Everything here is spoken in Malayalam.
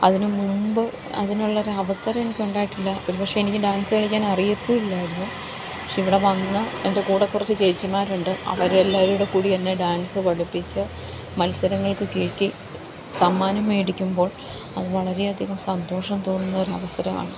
അതിനുമുമ്പ് അതിനുള്ള ഒരു അവസരം എനിക്ക് ഉണ്ടായിട്ടില്ല ഒരു പക്ഷെ എനിക്ക് ഡാൻസ് കളിക്കാൻ അറിയത്തും ഇല്ലായിരുന്നു പക്ഷെ ഇവിടെ വന്ന് എൻ്റെകൂടെ കുറച്ച് ചേച്ചിമാരുണ്ട് അവർ എല്ലാവരും കൂടെക്കൂടി എന്നെ ഡാൻസ് പഠിപ്പിച്ച് മത്സരങ്ങൾക്ക് കയറ്റി സമ്മാനം മേടിക്കുമ്പോൾ അത് വളരെയധികം സന്തോഷം തോന്നുന്ന ഒരു അവസരമാണ്